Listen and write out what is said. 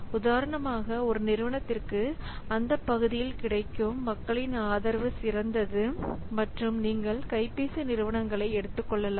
உதாரணமாக ஒரு நிறுவனத்திற்கு அந்தப் பகுதியில் கிடைக்கும் மக்களின் ஆதரவு சிறந்தது மற்றும் நீங்கள் கைப்பேசி நிறுவனங்களை எடுத்துக்கொள்ளலாம்